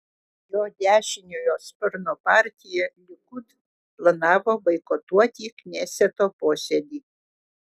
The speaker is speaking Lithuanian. jo dešiniojo sparno partija likud planavo boikotuoti kneseto posėdį